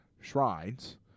shrines